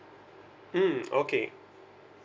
mm okay